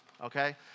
okay